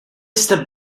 jste